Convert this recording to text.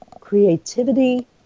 creativity